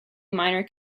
minor